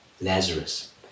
Lazarus